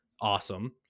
awesome